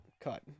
cut